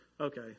Okay